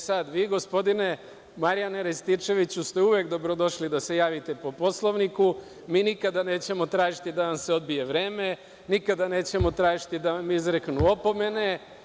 Sada vi, gospodine Marjane Rističeviću ste uvek dobrodošli da se javite po Poslovniku, mi nikada nećemo tražiti da vam se odbije vreme, nikada nećemo tražiti da vam izreknu opomene.